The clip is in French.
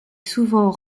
souvent